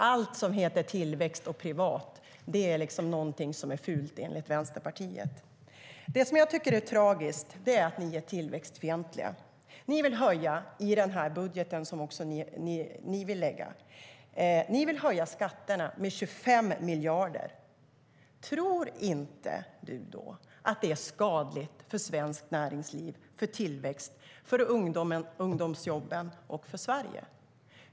Allt som heter tillväxt och privat är fult enligt Vänsterpartiet.Det tragiska är att ni är tillväxtfientliga. Ni vill i er budget höja skatterna med 25 miljarder. Tror inte Håkan Svenneling att det är skadligt för svenskt näringsliv, för tillväxten, för ungdomsjobben och för Sverige?